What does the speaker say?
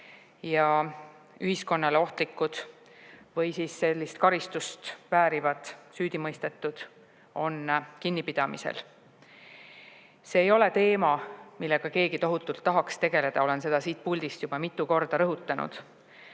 ja ühiskonnale ohtlikud või sellist karistust väärivad süüdimõistetud on kinnipidamisel. See ei ole teema, millega keegi tohutult tahaks tegeleda, olen seda siit puldist juba mitu korda rõhutanud.